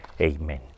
Amen